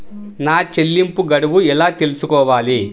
నా చెల్లింపు గడువు ఎలా తెలుసుకోవాలి?